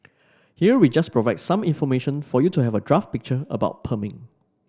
here we just provide some information for you to have a draft picture about perming